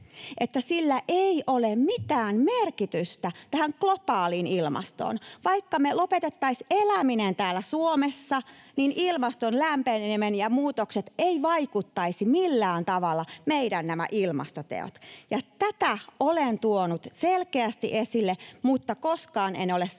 sillä ei ole mitään merkitystä tähän globaaliin ilmastoon. Vaikka me lopetettaisiin eläminen täällä Suomessa, niin ilmaston lämpenemiseen ja muutoksiin eivät vaikuttaisi millään tavalla nämä meidän ilmastoteot. Tätä olen tuonut selkeästi esille, mutta koskaan en ole sanonut,